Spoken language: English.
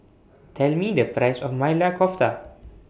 Tell Me The Price of Maili Kofta